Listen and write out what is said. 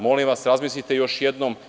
Molim vas razmislite još jednom.